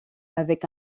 avec